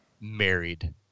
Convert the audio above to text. married